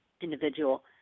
individual